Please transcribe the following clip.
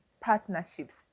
partnerships